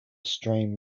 stream